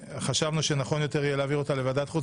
חשבנו שנכון יותר יהיה להעביר אותה לוועדת החוץ